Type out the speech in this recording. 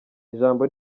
ijambo